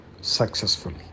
successfully